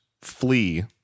flee